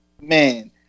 Man